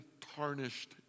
tarnished